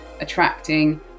attracting